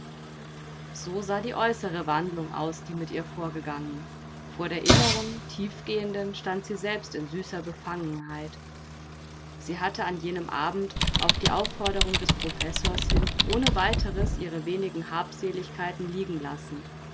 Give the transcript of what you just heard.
so sah die äußere wandlung aus die mit ihr vorgegangen vor der inneren tiefgehenden stand sie selbst in süßer befangenheit sie hatte an jenem abend auf die aufforderung des professors hin ohne weiteres ihre wenigen habseligkeiten liegen lassen